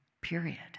Period